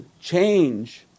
change